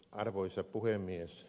arvoisa puhemies